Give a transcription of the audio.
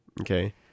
okay